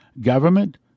government